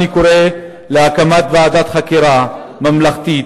אני קורא להקמת ועדת חקירה ממלכתית